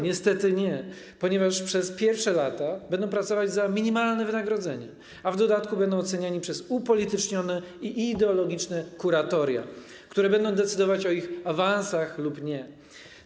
Niestety nie, ponieważ przez pierwsze lata będą pracować za minimalne wynagrodzenie, a w dodatku będą oceniani przez upolitycznione i ideologiczne kuratoria, które będą decydować o ich awansach lub braku awansów.